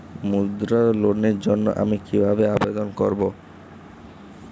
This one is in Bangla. মুদ্রা লোনের জন্য আমি কিভাবে আবেদন করবো?